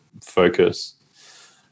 focus